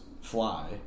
fly